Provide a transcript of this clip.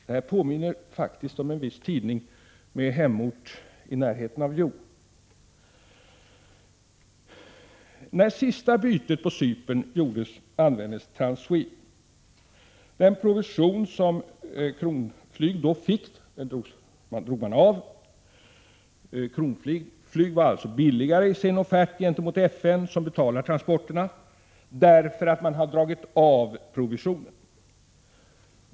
Det här påminner faktiskt om en viss tidning med hemort i närheten av Hjo. När sista bytet på Cypern gjordes användes Transswede. Den provision som Kronflyg då fick drog man av. Kronflyg var alltså billigare i sin offert gentemot FN, som betalar transporterna, därför att man hade dragit av provisionen.